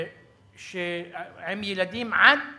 עם ילדים, עד